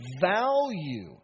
value